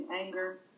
anger